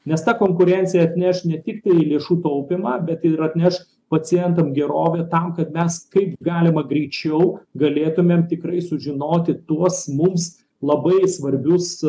nes ta konkurencija atneš ne tik tai lėšų taupymą bet ir atneš pacientam gerovę tam kad mes kaip galima greičiau galėtumėm tikrai sužinoti tuos mums labai svarbius